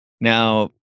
now